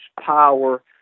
power